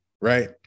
right